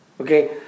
okay